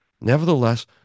nevertheless